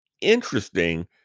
interesting